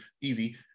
easy